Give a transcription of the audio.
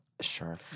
Sure